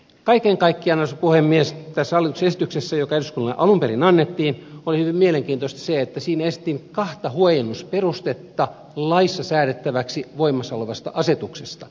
kaiken kaikkiaan arvoisa puhemies tässä hallituksen esityksessä joka eduskunnalle alun perin annettiin oli hyvin mielenkiintoista se että siinä esitettiin kahta huojennusperustetta laissa säädettäväksi voimassa olevasta asetuksesta